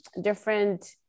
different